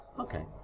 Okay